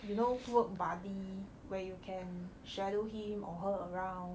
you know work buddy where you can shadow him or her around